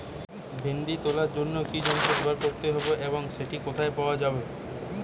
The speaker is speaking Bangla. ভিন্ডি তোলার জন্য কি যন্ত্র ব্যবহার করতে হবে এবং সেটি কোথায় পাওয়া যায়?